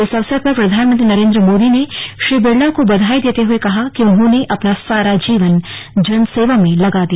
इस अवसर पर प्रधानमंत्री नरेन्द्र मोदी ने श्री बिड़ला को बधाई देते हुए कहा कि उन्होंने अपना सारा जीवन जनसेवा में लगा दिया